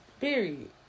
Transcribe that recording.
period